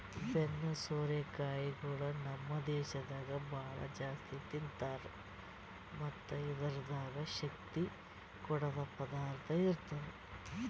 ಬೆನ್ನು ಸೋರೆ ಕಾಯಿಗೊಳ್ ನಮ್ ದೇಶದಾಗ್ ಭಾಳ ಜಾಸ್ತಿ ತಿಂತಾರ್ ಮತ್ತ್ ಇದುರ್ದಾಗ್ ಶಕ್ತಿ ಕೊಡದ್ ಪದಾರ್ಥ ಇರ್ತದ